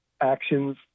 actions